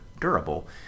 durable